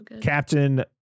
Captain